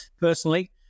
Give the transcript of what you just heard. personally